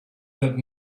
that